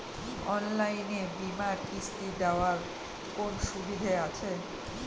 অনলাইনে বীমার কিস্তি দেওয়ার কোন সুবিধে আছে?